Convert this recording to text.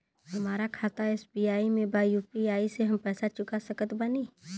हमारा खाता एस.बी.आई में बा यू.पी.आई से हम पैसा चुका सकत बानी?